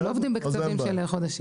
אנחנו לא עובדים בקצבים של חודשים.